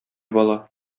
бала